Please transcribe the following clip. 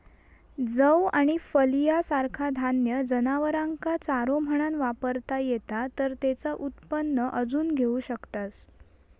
जौ आणि फलिया सारखा धान्य जनावरांका चारो म्हणान वापरता येता तर तेचा उत्पन्न अजून घेऊ शकतास